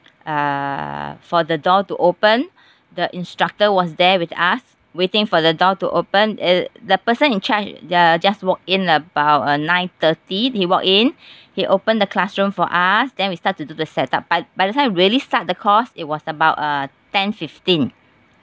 uh for the door to open the instructor was there with us waiting for the door to open it the person in charge uh just walk in about uh nine thirty he walked in he opened the classroom for us then we start to do the set up but by the time really start the course it was about uh ten fifteen